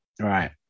right